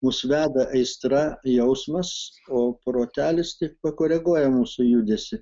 mus veda aistra jausmas o protelis tik pakoreguoja mūsų judesį